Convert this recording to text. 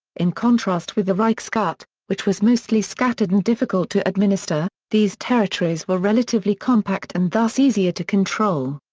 in contrast with the reichsgut, which was mostly scattered and difficult to administer, these territories were relatively compact and thus easier to control.